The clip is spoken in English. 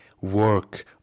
work